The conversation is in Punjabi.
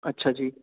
ਅੱਛਾ ਜੀ